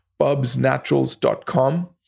bubsnaturals.com